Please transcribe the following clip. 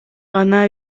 гана